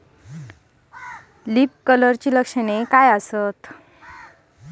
Leaf कर्लची लक्षणे काय आहेत?